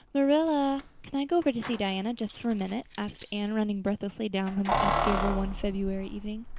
marilla, can i go over to see diana just for a minute? asked anne, running breathlessly down from the east gable one february evening.